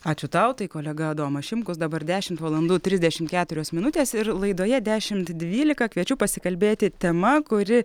ačiū tau tai kolega adomas šimkus dabar dešimt valandų trisdešimt keturios minutės ir laidoje dešimt dvylika kviečiu pasikalbėti tema kuri